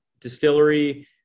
distillery